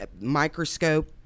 microscope